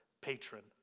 patron